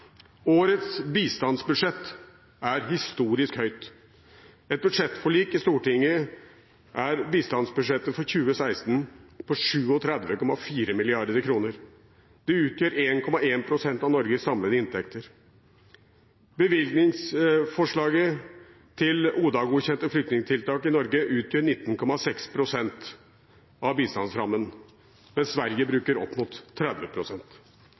Årets bistandsbudsjett er historisk høyt. Etter budsjettforliket i Stortinget er bistandsbudsjettet for 2016 på 37,4 mrd. kr. Det utgjør 1,l pst. av Norges samlede inntekter. Bevilgningsforslaget til ODA-godkjente flyktningtiltak i Norge utgjør 19,6 pst. av bistandsrammen, mens Sverige bruker opp mot